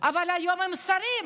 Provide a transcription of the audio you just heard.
אבל היום הם שרים